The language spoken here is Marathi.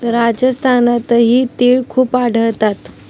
राजस्थानातही तिळ खूप आढळतात